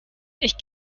ich